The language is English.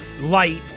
light